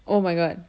oh my god